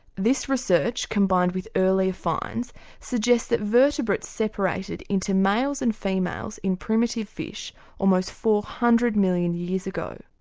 this research combined with earlier finds suggests that vertebrates separated into males and females in primitive fish almost four hundred million years ago.